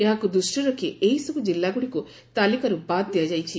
ଏହାକୁ ଦୃଷିରେ ରଖି ଏହିସବୁ ଜିଲ୍ଲାଗୁଡିକୁ ତାଲିକାରୁ ବାଦ୍ ଦିଆଯାଇଛି